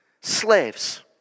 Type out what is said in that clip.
slaves